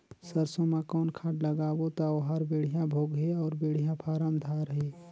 सरसो मा कौन खाद लगाबो ता ओहार बेडिया भोगही अउ बेडिया फारम धारही?